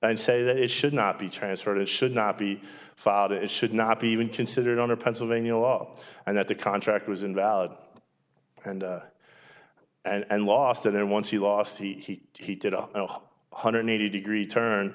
and say that it should not be transferred it should not be followed it should not be even considered under pennsylvania law and that the contract was invalid and and lost and then once he lost he he did a one hundred eighty degree turn